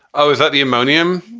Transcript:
oh, is that the ammonium.